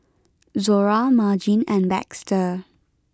Zora Margene and Baxter